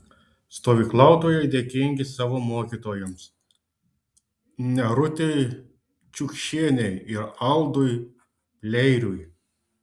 stovyklautojai dėkingi savo mokytojams nerutei čiukšienei ir aldui pleiriui